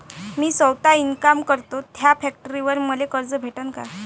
मी सौता इनकाम करतो थ्या फॅक्टरीवर मले कर्ज भेटन का?